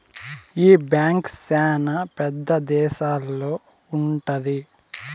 ఈ బ్యాంక్ శ్యానా పెద్ద దేశాల్లో ఉంటది